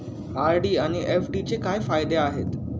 RD आणि एफ.डीचे काय फायदे आहेत?